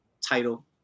title